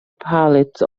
palette